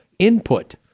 input